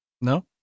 No